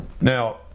Now